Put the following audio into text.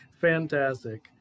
fantastic